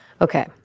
Okay